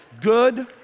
good